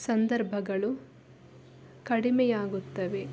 ಸಂದರ್ಭಗಳು ಕಡಿಮೆಯಾಗುತ್ತವೆ